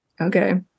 Okay